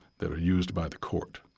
that are used by the court.